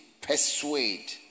Persuade